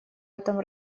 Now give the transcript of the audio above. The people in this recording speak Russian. этом